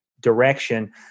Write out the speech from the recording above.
direction